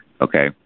Okay